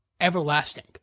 Everlasting